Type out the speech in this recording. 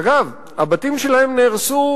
אגב, הבתים שלהם נהרסו